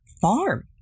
farm